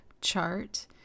chart